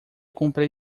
comprei